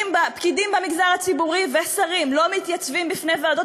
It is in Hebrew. פקידים במגזר הציבורי ושרים לא מתייצבים בפני ועדות